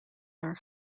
are